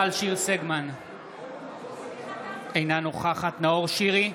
(חברת הכנסת מיכל שיר סגמן יוצאת מאולם המליאה.)